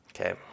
Okay